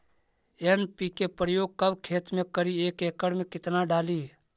NPK प्रयोग कब खेत मे करि एक एकड़ मे कितना डाली?